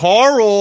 Carl